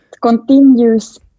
continues